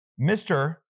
Mr